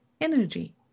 energy